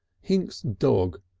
hinks' dog,